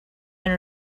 and